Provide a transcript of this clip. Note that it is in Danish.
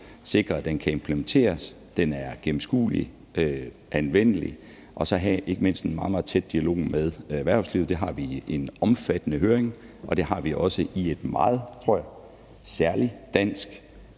sikrer, den kan implenteres, at den er gennemskuelig og anvendelig, og ikke mindst at vi har en meget, meget tæt dialog med erhvervslivet. Det har vi i en omfattende høring, og det har vi også i et meget, tror jeg, særligt dansk